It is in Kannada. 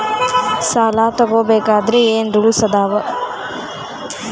ಸಾಲ ತಗೋ ಬೇಕಾದ್ರೆ ಏನ್ ರೂಲ್ಸ್ ಅದಾವ?